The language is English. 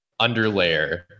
underlayer